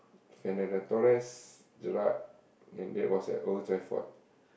Fernando-Torres Gerrard and that was at Old-Trafford